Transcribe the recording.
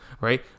right